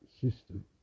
system